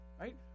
Right